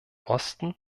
osten